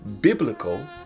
biblical